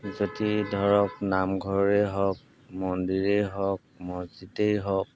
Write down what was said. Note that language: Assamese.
যদি ধৰক নামঘৰে হওক মন্দিৰেই হওক মচজিদেই হওক